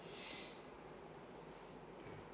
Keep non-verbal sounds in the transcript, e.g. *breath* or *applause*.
*breath* okay